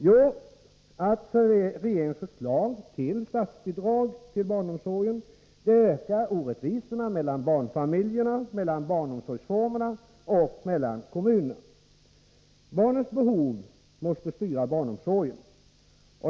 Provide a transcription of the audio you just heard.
Jo, att regeringens förslag till statsbidrag till barnomsorgen ökar orättvisorna mellan barnfamiljerna, mellan barnomsorgsformerna och mellan kommunerna. Barnens behov måste styra barnomsorgen.